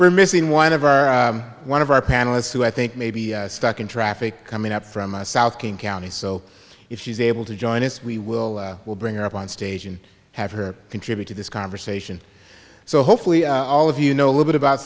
we're missing one of our one of our panelists who i think may be stuck in traffic coming up from a south king county so if she's able to join us we will will bring up onstage and have her contribute to this conversation so hopefully all of you know a little bit about